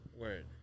Word